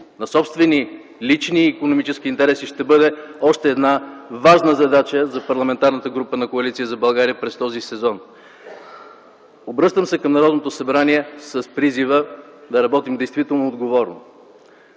на собствени лични икономически интереси ще бъде още една важна задача за Парламентарната група на Коалиция за България през този сезон. Обръщам се към Народното събрание с призива да работим действително отговорно.